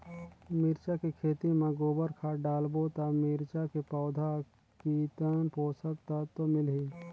मिरचा के खेती मां गोबर खाद डालबो ता मिरचा के पौधा कितन पोषक तत्व मिलही?